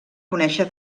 conèixer